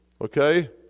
okay